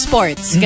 Sports